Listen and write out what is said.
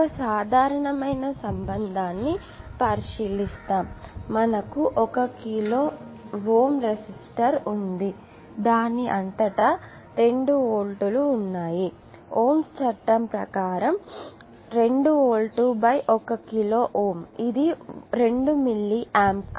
ఒక సాధారణమైన సందర్భాన్ని పరిశీలిద్దాం మనకు 1 కిలో Ω రెసిస్టర్ ఉంది దాని అంతటా 2 వోల్ట్ లు ఉన్నాయి ఓమ్స్ చట్టం ప్రకారం 2 వోల్ట్ 1 కిలో Ω ఇది 2 మిల్లి యాంప్